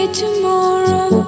tomorrow